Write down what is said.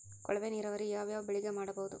ಕೊಳವೆ ನೀರಾವರಿ ಯಾವ್ ಯಾವ್ ಬೆಳಿಗ ಮಾಡಬಹುದು?